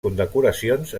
condecoracions